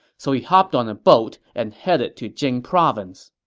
so he hopped on a boat and headed to jing province